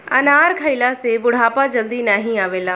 अनार खइला से बुढ़ापा जल्दी नाही आवेला